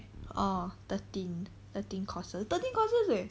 orh thirteen thirteen courses thirteen courses leh